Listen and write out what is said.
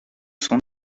son